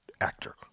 actor